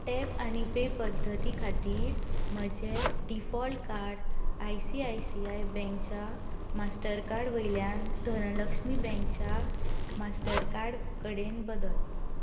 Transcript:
tap आनी pay पद्धती खातीर म्हजें default card I C I C I बँकेच्या मास्टरकार्ड वयल्यान धनलक्ष्मी बँकच्या मास्टरकार्डा कडेन बदल